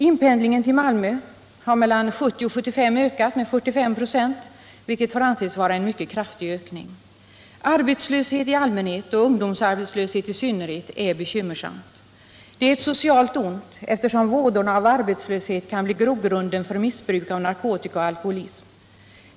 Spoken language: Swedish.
Inpendlingen till Malmö har mellan 1970 och 1975 ökat med 45 96, vilket får anses vara en mycket kraftig ökning. Arbetslöshet i allmänhet och ungdomsarbetslöshet i synnerhet är bekymmersam. Det är ett socialt ont, eftersom vådorna av arbetslöshet kan bli grogrunden för missbruk av narkotika och för alkoholism.